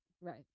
Right